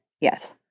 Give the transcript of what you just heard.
Yes